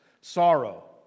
sorrow